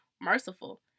merciful